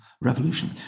revolution